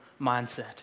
mindset